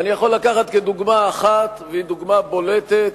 אני יכול לקחת כדוגמה אחת, והיא דוגמה בולטת,